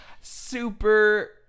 super